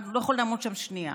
לא יכול לעמוד שם שנייה.